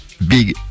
Big